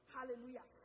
Hallelujah